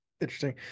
Interesting